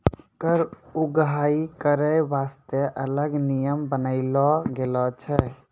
कर उगाही करै बासतें अलग नियम बनालो गेलौ छै